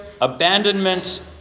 abandonment